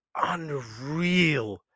unreal